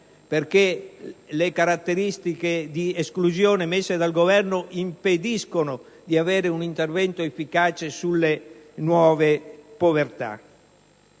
perché le caratteristiche di esclusione previste dal Governo impediscono di avere un intervento efficace sulle nuove povertà.